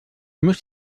muss